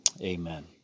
amen